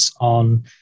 on